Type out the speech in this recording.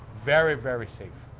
very, very safe.